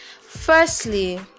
firstly